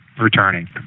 returning